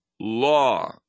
law